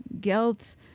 Guilt